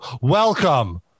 Welcome